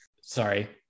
Sorry